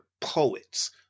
poets